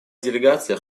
делегация